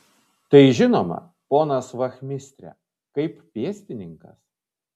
tai žinoma ponas vachmistre kaip pėstininkas